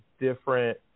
different